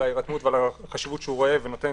על ההירתמות ועל החשיבות שהוא רואה והמקום שהוא נותן